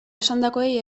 esandakoei